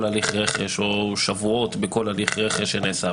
הליך רכש או שבועות בכל הליך רכש שנעשה.